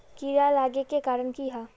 कीड़ा लागे के कारण की हाँ?